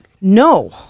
No